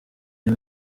iyo